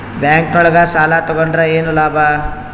Bank ನೊಳಗ ಸಾಲ ತಗೊಂಡ್ರ ಏನು ಲಾಭ?